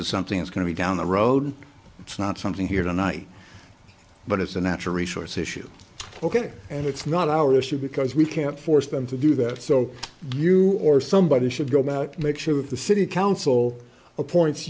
is something that's going to be down the road it's not something here tonight but it's a natural resource issue ok and it's not our issue because we can't force them to do that so you or somebody should go about make sure that the city council appoints